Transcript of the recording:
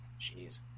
jeez